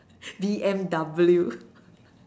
B_M_W